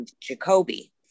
Jacoby